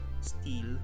steel